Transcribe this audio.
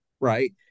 Right